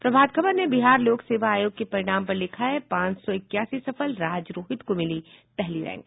प्रभात खबर ने बिहार लोक सेवा आयोग के परिणाम पर लिखा है पांच सौ इक्यासी सफल राज रोहित को मिली पहली रैंक